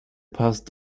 passe